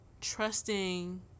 Trusting